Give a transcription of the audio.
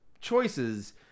Choices